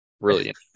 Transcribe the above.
brilliant